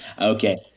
Okay